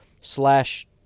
slash